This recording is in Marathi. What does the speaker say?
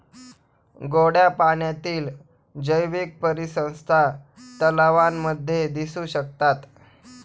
गोड्या पाण्यातील जैवीक परिसंस्था तलावांमध्ये दिसू शकतात